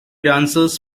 dancers